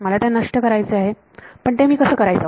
मला ते नष्ट करायचे आहे तर मी ते कसा करावे